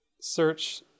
search